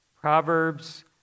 Proverbs